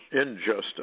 Injustice